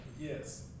Yes